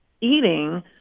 eating